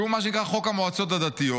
שהוא מה שנקרא חוק המועצות הדתיות,